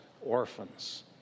orphans